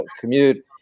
commute